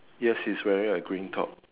yes he's wearing a green top